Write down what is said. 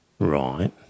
Right